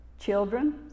children